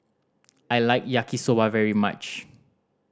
I like Yaki Soba very much